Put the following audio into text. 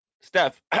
Steph